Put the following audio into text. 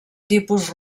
tipus